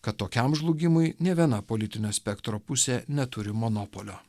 kad tokiam žlugimui nė viena politinio spektro pusė neturi monopolio